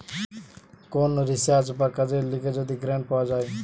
কোন রিসার্চ বা কাজের লিগে যদি গ্রান্ট পাওয়া যায়